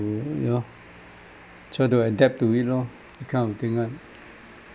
mm you know try to adapt to it lor that kind of thing [one]